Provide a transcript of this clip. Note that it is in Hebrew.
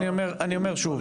אני אומר שוב,